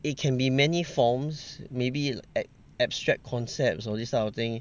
it can be many forms maybe ab~ abstract concepts or this kind of thing